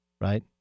right